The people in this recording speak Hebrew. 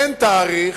אין תאריך,